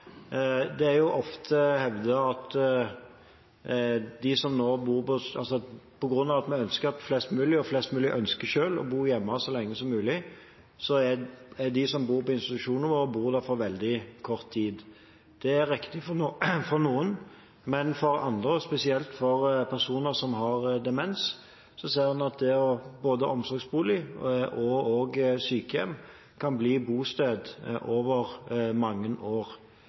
Det er ofte hevdet at på grunn av at flest mulig selv ønsker å bo hjemme så lenge som mulig, må de som bor på institusjoner, bo der veldig kort tid. Det er riktig for noen, men for andre, spesielt for personer som har demens, ser man at både omsorgsbolig og sykehjem kan bli bosted over mange år.